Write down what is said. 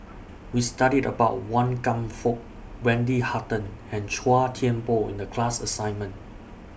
We studied about Wan Kam Fook Wendy Hutton and Chua Thian Poh in The class assignment